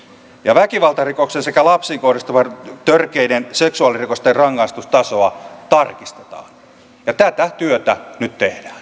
väkivaltarikosten sekä lapsiin kohdistuvien törkeiden seksuaalirikosten rangaistustasoa tarkistetaan ja tätä työtä nyt tehdään